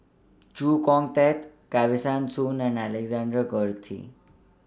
Chee Kong Tet Kesavan Soon and Alexander Guthrie